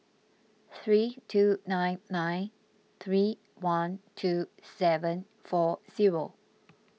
three two nine nine three one two seven four zero